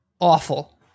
awful